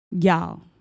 y'all